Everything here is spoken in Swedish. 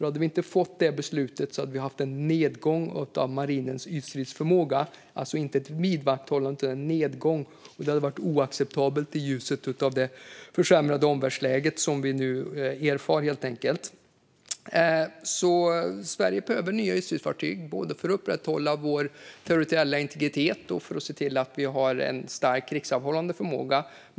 Hade vi inte fått det beslutet hade vi haft en nedgång av marinens ytstridsförmåga, alltså inte ett vidmakthållande utan en nedgång, och det hade helt enkelt varit oacceptabelt i ljuset av det försämrade omvärldsläge som vi nu erfar. Sverige behöver alltså nya ytstridsfartyg. Det behöver vi både för att upprätthålla vår territoriella integritet och för att se till att vi har en stark krigsavhållande förmåga.